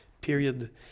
period